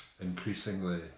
increasingly